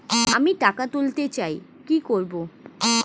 আমি টাকা তুলতে চাই কি করব?